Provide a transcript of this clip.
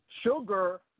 Sugar